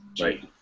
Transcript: right